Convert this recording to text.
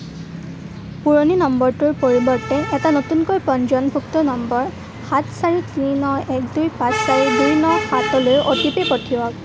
পুৰণি নম্বৰটোৰ পৰিৱৰ্তে এটা নতুনকৈ পঞ্জীয়নভুক্ত নম্বৰ সাত চাৰি তিনি ন এক দুই পাঁচ চাৰি দুই ন সাতলৈ অ'টিপি পঠিয়াওক